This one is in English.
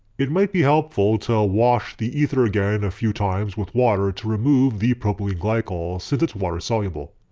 it might be helpful to wash the ether again a few times with water to remove the propylene glycol since it's water soluble.